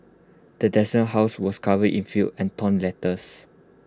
the desolated house was covered in filth and torn letters